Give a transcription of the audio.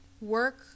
Work